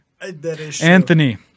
anthony